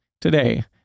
today